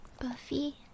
Buffy